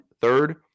third